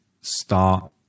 start